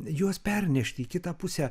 juos pernešti į kitą pusę